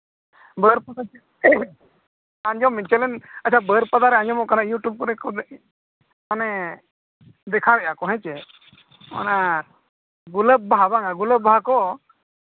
ᱵᱟᱹᱨᱯᱟᱫᱟ ᱟᱸᱡᱚᱢ ᱵᱤᱱ ᱪᱮᱞᱮᱱ ᱵᱟᱹᱨᱯᱟᱫᱟ ᱨᱮ ᱟᱸᱡᱚᱢᱜ ᱠᱟᱱᱟ ᱤᱭᱩᱴᱩᱵᱽ ᱠᱚᱨᱮᱫ ᱢᱟᱱᱮ ᱫᱮᱠᱷᱟᱣᱮᱫ ᱟᱠᱚ ᱦᱮᱸᱪᱮ ᱚᱱᱟ ᱜᱩᱞᱟᱹᱵᱽ ᱵᱟᱦᱟ ᱵᱟᱝᱼᱟ ᱜᱩᱞᱟᱹᱵᱽ ᱵᱟᱦᱟ ᱠᱚ